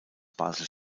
basel